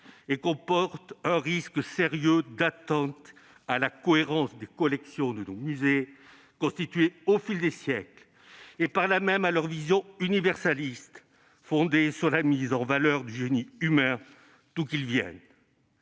et comporte un risque sérieux d'atteinte à la cohérence des collections de nos musées, constituées au fil des siècles, et par là même à leur vision universaliste, fondée sur la mise en valeur du génie humain, d'où qu'il vienne.